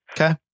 Okay